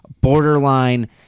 borderline